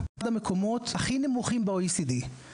זה אחד המקומות הכי נמוכים ב- OECD,